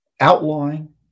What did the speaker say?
Outlawing